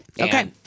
Okay